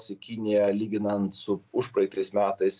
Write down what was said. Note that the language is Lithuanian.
su kinija lyginant su užpraeitais metais